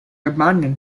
abandoned